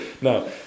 no